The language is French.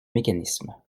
mécanisme